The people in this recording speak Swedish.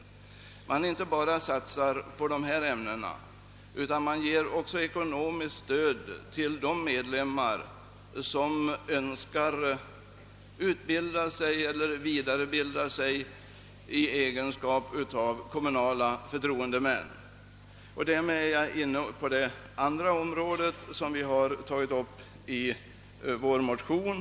Det satsas inte bara på de ifrågavarande ämnena utan det ges också ekonomiskt bistånd till de medlemmar som önskar utbilda eller vidareutbilda sig i egenskap av kommunala förtroendemän. Därmed är jag inne på det andra området som tagits upp i vår motion.